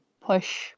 push